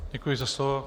Děkuji za slovo.